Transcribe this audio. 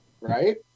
Right